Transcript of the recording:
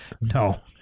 No